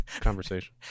conversation